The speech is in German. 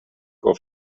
auf